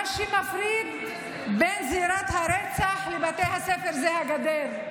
מה שמפריד בין זירת הרצח לבתי הספר זה הגדר.